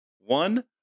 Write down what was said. one